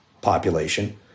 population